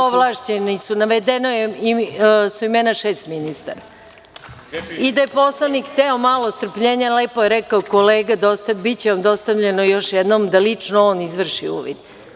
I ovlašćeni su, navedena su imena šest ministara i da je poslanik hteo malo strpljenja, lepo je rekao kolega, biće vam dostavljeno još jednom da lično on izvrši uvid.